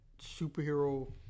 superhero